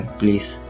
please